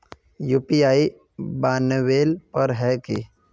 UPI बनावेल पर है की?